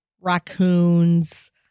raccoons